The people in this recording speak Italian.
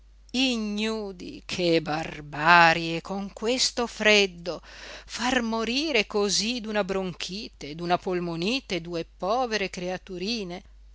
ignudi che barbarie con questo freddo far morire cosí d'una bronchite d'una polmonite due povere creaturine